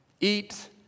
eat